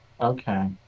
Okay